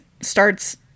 starts